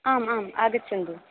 आम् आम् आगच्छन्तु